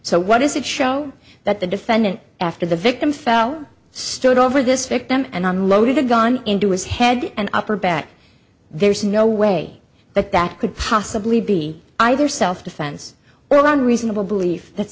so what does it show that the defendant after the victim fell stood over this victim and unloaded the gun into his head and upper back there's no way that that could possibly be either self defense well on reasonable belief that